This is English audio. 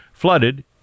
flooded